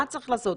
מה צריך לעשות,